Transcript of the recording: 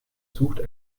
sucht